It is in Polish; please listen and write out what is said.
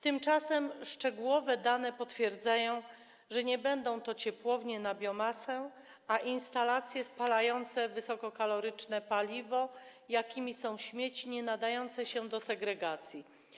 Tymczasem szczegółowe dane potwierdzają, że nie będą to ciepłownie na biomasę, ale instalacje spalające wysokokaloryczne paliwo, jakimi są śmieci nienadające się do segregacji.